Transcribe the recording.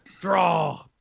Draw